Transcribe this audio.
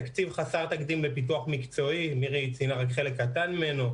תקציב חסר תקדים בפיתוח מקצועי מירי ציינה רק חלק קטן ממנו,